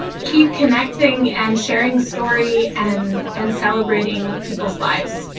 keep connecting and sharing story and and celebrating people's lives?